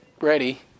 ready